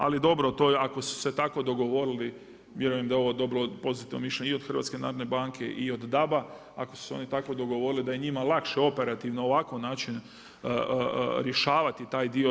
Ali dobro, ako su se tako dogovorili vjerujem da je dobilo pozitivno mišljenje i od HNB-a i od DAB-a, ako su se oni tako dogovorili da je njima lakše operativno ovakav način rješavati taj dio.